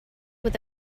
with